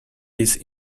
his